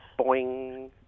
Boing